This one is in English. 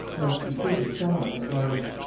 must be treated somewhat at large.